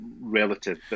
relative